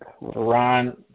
Ron